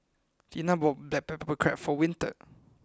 Tiana bought Black Pepper Crab for Winter